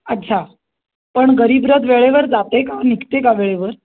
अच्छा पण गरीबरथ वेळेवर जाते का निघते का वेळेवर